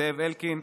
זאב אלקין,